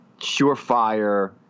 surefire